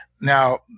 Now